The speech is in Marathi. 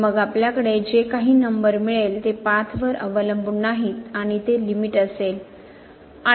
तर मग आपल्याकडे जे काही नंबर मिळेल ते पाथ वर अवलंबून नाहीत आणि ते लिमिट असेल